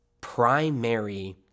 primary